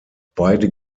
beide